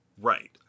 right